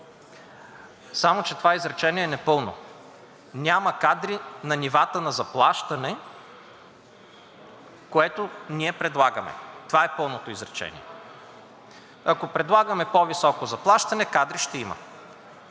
Само че това изречение е непълно. Няма кадри на нивата на заплащане, което ние предлагаме. Това е пълното изречение. Ако предлагаме по-високо заплащане, кадри ще има.